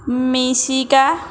મિશિકા